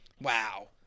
Wow